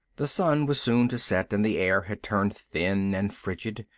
the sun was soon to set, and the air had turned thin and frigid.